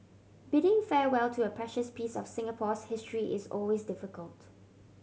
bidding farewell to a precious piece of Singapore's history is always difficult